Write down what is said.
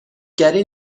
گری